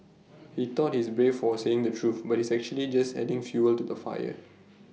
he thought he's brave for saying the truth but he's actually just adding fuel to the fire